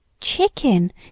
chicken